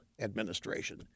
administration